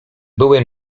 były